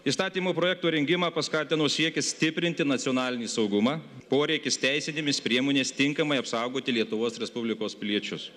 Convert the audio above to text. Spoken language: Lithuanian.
įstatymo projekto rengimą paskatino siekis stiprinti nacionalinį saugumą poreikis teisinėmis priemonės tinkamai apsaugoti lietuvos respublikos piliečius